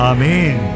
Amen